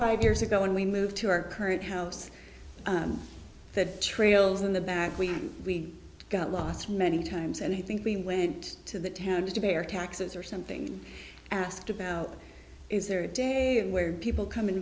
five years ago when we moved to our current house that trails in the back we we got lost many times and i think we went to the town to bear taxes or something asked about is there a day where people come